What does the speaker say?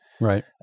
Right